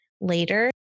later